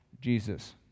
Jesus